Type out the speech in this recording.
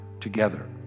together